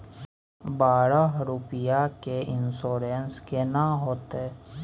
बारह रुपिया के इन्सुरेंस केना होतै?